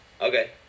okay